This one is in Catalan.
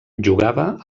jugava